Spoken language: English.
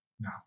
No